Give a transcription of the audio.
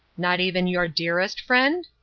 not even your dearest friend?